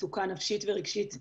מצוקה נפשית ורגשית,